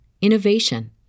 innovation